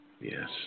Yes